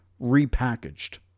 repackaged